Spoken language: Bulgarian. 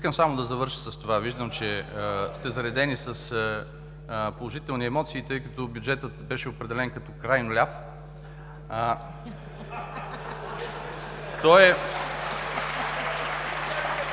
Искам само да завърша с това – виждам, че сте заредени с положителни емоции, тъй като бюджетът беше определен като крайно ляв.